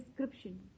description